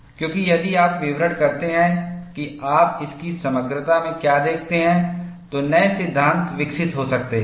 क्योंकि यदि आप विवरण करते हैं कि आप इसकी समग्रता में क्या देखते हैं तो नए सिद्धांत विकसित हो सकते हैं